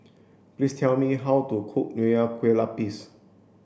please tell me how to cook Nonya Kueh Lapis